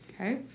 Okay